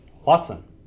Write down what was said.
Watson